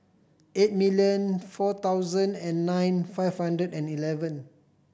eight million four thousand and nine five hundred and eleven